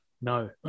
No